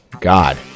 God